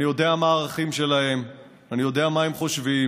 אני יודע מה הערכים שלהם, אני יודע מה הם חושבים.